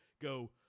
go